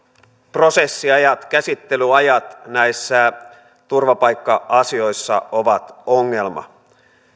prosessiajat käsittelyajat näissä turvapaikka asioissa ovat ongelma